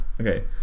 Okay